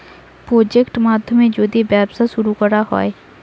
project মাধ্যমে যদি ব্যবসা শুরু করা হয়